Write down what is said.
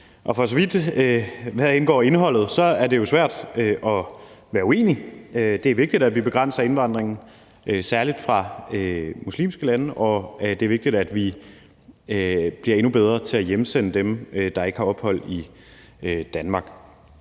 For så vidt angår indholdet, er det jo svært at være uenig. Det er vigtigt, at vi begrænser indvandringen, særlig fra muslimske lande, og det er vigtigt, at vi bliver endnu bedre til at hjemsende dem, der ikke har lovligt ophold i Danmark.